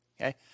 Okay